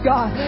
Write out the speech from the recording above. God